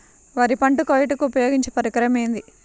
వరి పంట కోయుటకు ఉపయోగించే పరికరం ఏది?